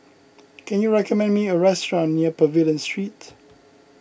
can you recommend me a restaurant near Pavilion Street